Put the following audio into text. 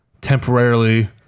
temporarily